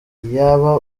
iyaba